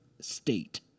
state